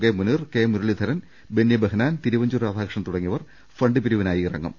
K Muneer K Muraleedharan Benny Behanan Thiruvanchoor Radhakrishnan തുടങ്ങിയവർ fund പിരിവിനായി ഇറങ്ങും